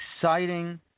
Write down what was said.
exciting